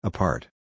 Apart